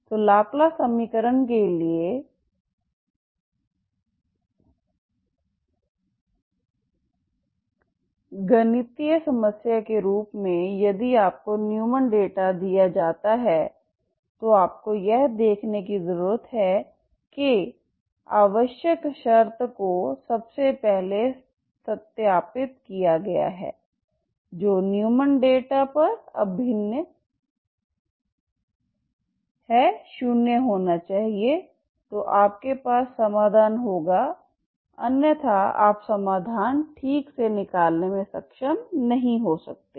तो लाप्लास समीकरण के लिए गणितीय समस्या के रूप में यदि आपको न्यूमैन डेटा दिया जाता है तो आपको यह देखने की ज़रूरत है कि आवश्यक शर्त को सबसे पहले सत्यापित किया गया है जो न्यूमैन सीमा डेटा पर इंटीग्रल शून्य होना चाहिए तो आपके पास समाधान होगा अन्यथा आप समाधान ठीक से निकालने में सक्षम नहीं हो सकते हैं